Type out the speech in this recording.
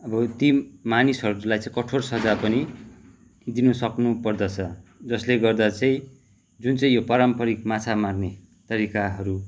अब ती मानिसहरूलाई चाहिँ कठोर सजाय पनि दिनु सक्नु पर्दछ जसले गर्दा चाहिँ जुन यो पारम्परिक माछा मार्ने तरिकाहरू